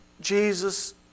Jesus